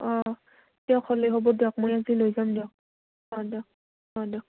অঁ দিয়ক হ'লেই হ'ব দিয়ক মই এনকে লৈ যাম দিয়ক অঁ দিয়ক অঁ দিয়ক